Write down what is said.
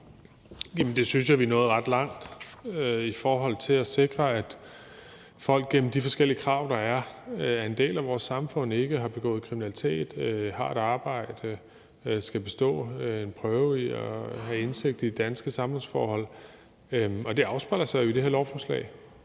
det synes vi er nået ret langt i forhold til at sikre igennem de forskellige krav, der er til folk, om at være en del af vores samfund, ikke at have begået kriminalitet, at have et arbejde, at skulle bestå en prøve og have indsigt i danske samfundsforhold, og det afspejler sig jo i det her lovforslag.